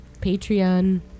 Patreon